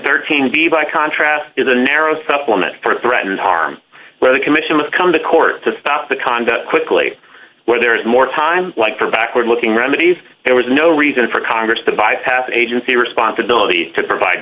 can be by contrast is an arrow supplement for threatened harm where the commission will come to court to stop the conduct quickly where there is more time like for backward looking remedies there was no reason for congress to bypass the agency responsibility to provide